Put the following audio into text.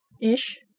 ish